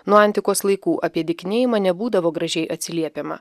nuo antikos laikų apie dykinėjimą nebūdavo gražiai atsiliepiama